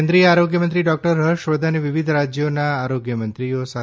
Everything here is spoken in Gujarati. કેન્દ્રિય આરોગ્ય મંત્રી ડોક્ટર હર્ષવર્ધને વિવિધ રાજ્યોના આરોગ્યમંત્રીઓ સાથે